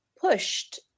pushed